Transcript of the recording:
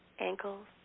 ankles